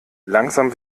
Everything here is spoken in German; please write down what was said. langsam